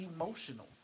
emotional